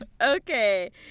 okay